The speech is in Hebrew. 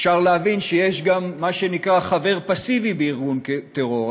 אפשר להבין שיש גם מה שנקרא חבר פסיבי בארגון טרור.